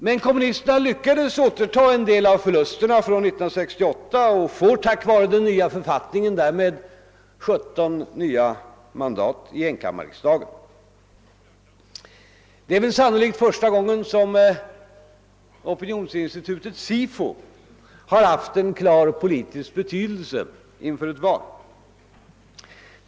Men kommunisterna lyckades återta en del av förlusterna från 1968 och får tack vare den nya författningen därmed 17 mandat i enkammarriksdagen. — Det är sannolikt första gången som opinionsinstitutet SIFO har haft en klar politisk betydelse inför ett val.